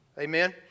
Amen